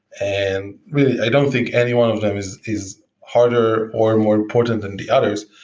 and really, i don't think any one of them is is harder, or more important than the others.